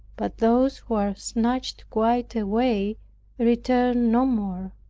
but those who are snatched quite away return no more.